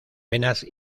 venas